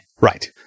Right